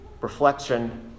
reflection